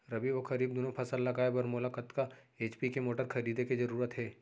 रबि व खरीफ दुनो फसल लगाए बर मोला कतना एच.पी के मोटर खरीदे के जरूरत हे?